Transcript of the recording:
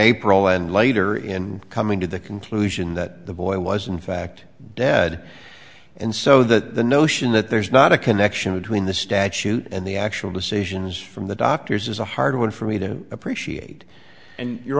april and later in coming to the conclusion that the boy was in fact dead and so the notion that there's not a connection between the statute and the actual decisions from the doctors is a hard one for me to appreciate and you